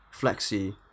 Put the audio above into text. Flexi